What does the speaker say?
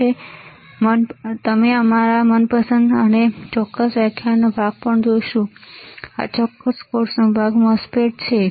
અમે જે જોયું છે તે અમે તમારા મનપસંદ અને આ ચોક્કસ વ્યાખ્યાનનો ભાગ પણ જોઈશું અને આ ચોક્કસ કોર્સનો ભાગ MOSFET છે ખરું ને